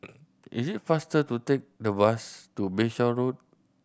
it is faster to take the bus to Bayshore Road